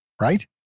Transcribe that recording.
Right